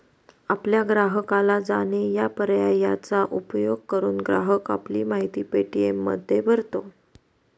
आपल्या ग्राहकाला जाणे या पर्यायाचा उपयोग करून, ग्राहक आपली माहिती पे.टी.एममध्ये भरतो